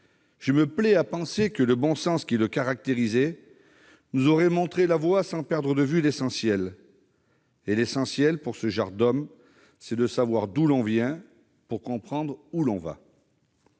Je me plais à penser que le bon sens qui le caractérisait nous aurait montré la voie, sans perdre de vue l'essentiel. Et l'essentiel, pour ce genre d'homme, c'est de savoir d'où l'on vient, pour comprendre où l'on va.